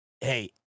Hey